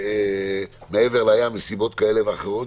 מעבר לים מסיבות כאלה ואחרות,